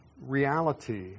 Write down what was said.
reality